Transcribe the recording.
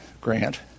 grant